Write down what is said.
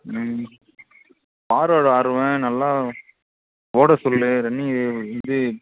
ம் ஃபார்வர்டு ஆடுறவன் நல்லா ஓட சொல்லு ரன்னிங்கு இது